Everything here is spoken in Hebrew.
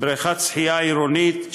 בריכת שחייה עירונית,